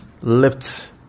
lift